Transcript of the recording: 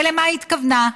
למה היא התכוונה?